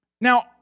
Now